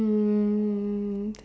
um